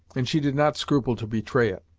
and she did not scruple to betray it.